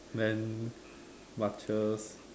then marchers